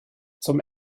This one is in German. zum